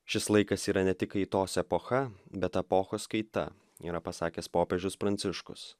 šis laikas yra ne tik kaitos epocha bet epochos kaita yra pasakęs popiežius pranciškus